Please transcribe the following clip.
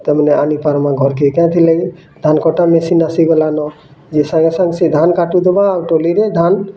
ତା ମାନେ ଆଣି ପାର୍ମା ଘରେ କେ କାଁ ଥିଲେ କେ ଧା୍ନ କଟା ମିଶିନ୍ ଆସିଗଲା ନ ଯେସା ସେ ଧାନ କଟି ଦବା ଆଉ ଟଲି୍ ରେ ଧାନ୍